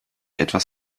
etwas